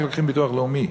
הם רק לוקחים ביטוח לאומי,